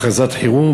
הכרזת מצב חירום,